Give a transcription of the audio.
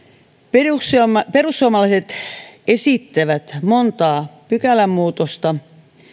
perussuomalaiset perussuomalaiset esittivät monta pykälämuutosta